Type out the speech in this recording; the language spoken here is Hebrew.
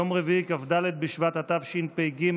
יום רביעי כ"ד בשבט התשפ"ג,